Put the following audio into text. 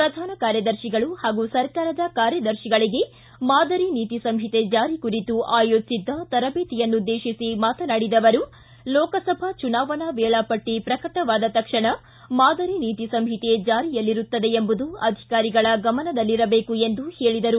ಪ್ರಧಾನ ಕಾರ್ಯದರ್ಶಿಗಳು ಹಾಗೂ ಸರ್ಕಾರದ ಕಾರ್ಯದರ್ತಿಗಳಿಗೆ ಮಾದರಿ ನೀತಿ ಸಂಹಿತೆ ಜಾರಿ ಕುರಿತು ಆಯೋಜಿಸಿದ್ದ ತರಬೇತಿಯನ್ನುದ್ದೇತಿಸಿ ಮಾತನಾಡಿದ ಅವರು ಲೋಕಸಭಾ ಚುನಾವಣಾ ವೇಳಾಪಟ್ಟ ಪ್ರಕಟವಾದ ತಕ್ಷಣ ಮಾದರಿ ನೀತಿ ಸಂಹಿತೆ ಜಾರಿಯಲ್ಲಿರುತ್ತದೆ ಎಂಬುದು ಅಧಿಕಾರಿಗಳ ಗಮನದಲ್ಲಿಬೇಕು ಎಂದು ಹೇಳಿದರು